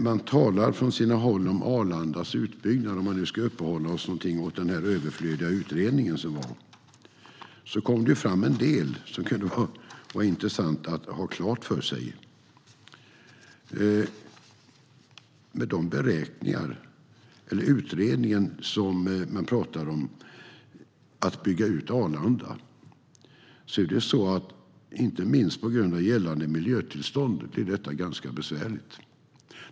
Man talar från sina håll om Arlandas utbyggnad - om vi nu ska uppehålla oss vid den överflödiga utredningen som gjordes. Det kom fram en del som kan vara intressant att ha klart för sig. I utredningen talas det om att bygga ut Arlanda. Men inte minst på grund av gällande miljötillstånd blir detta ganska besvärligt.